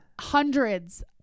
Hundreds